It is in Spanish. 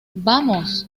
vamos